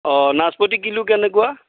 অ নাচপতি কিলো কেনেকুৱা